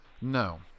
No